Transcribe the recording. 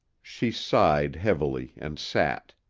she sighed heavily and sat,